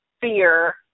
fear